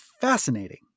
fascinating